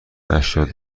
هشتاد